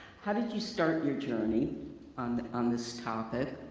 how did you start your journey on on this topic,